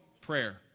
prayer